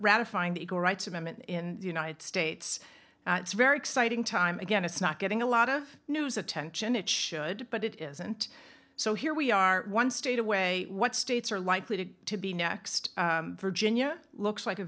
ratifying the equal rights amendment in the united states it's very exciting time again it's not getting a lot of news attention it should but it isn't so here we are one state away what states are likely to to be next virginia looks like a